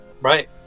right